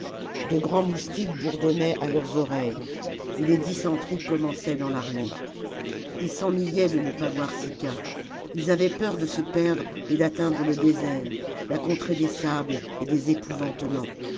de grands moustiques bourdonnaient à leurs oreilles et les dysenteries commençaient dans l'armée ils s'ennuyaient de ne pas voir sicca ils avaient peur de se perdre et d'atteindre le désert la contrée des sables et des